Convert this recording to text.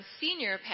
senior